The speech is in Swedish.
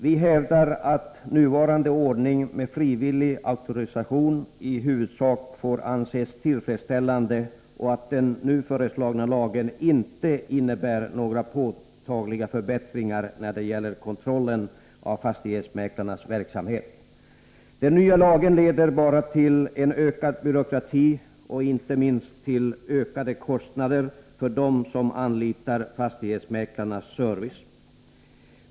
Vi hävdar att nuvarande ordning med frivillig auktorisation i huvudsak får anses tillfredsställande och att den föreslagna lagen inte innebär några påtagliga förbättringar när det gäller kontrollen av fastighetsmäklarnas verksamhet. Den nya lagen leder bara till en ökad byråkrati och inte minst till ökade kostnader för dem som anlitar fastighetsmäklarnas service.